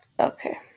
Okay